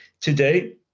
Today